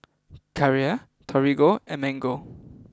Carrera Torigo and Mango